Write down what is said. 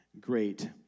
great